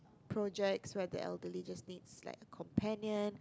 projects where the elderly just needs like companions